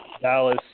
Dallas